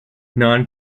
non